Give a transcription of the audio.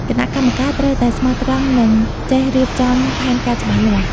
គណៈកម្មការត្រូវតែស្មោះត្រង់និងចេះរៀបចំផែនការច្បាស់លាស់។